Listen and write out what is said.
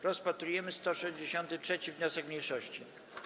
Rozpatrujemy 166. wniosek mniejszości.